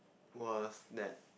was that